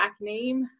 name